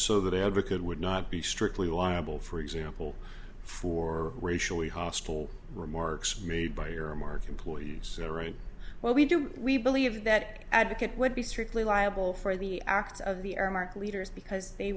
so they advocate would not be strictly liable for example for racially hostile remarks made by your remark employees are right well we do we believe that advocate would be strictly liable for the acts of the aramark leaders because they